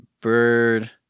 bird